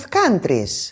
countries